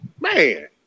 Man